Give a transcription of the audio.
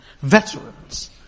veterans